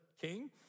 king